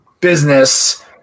business